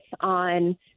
on